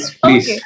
please